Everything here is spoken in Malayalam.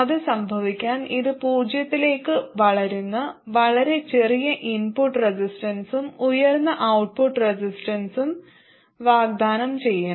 അത് സംഭവിക്കാൻ ഇത് പൂജ്യത്തിലേക്ക് വളരുന്ന വളരെ ചെറിയ ഇൻപുട്ട് റെസിസ്റ്റൻസും ഉയർന്ന ഔട്ട്പുട്ട് റെസിസ്റ്റൻസും വാഗ്ദാനം ചെയ്യണം